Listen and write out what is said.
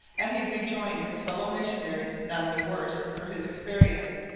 and he rejoined his fellow-missionaries none the worse for his experience.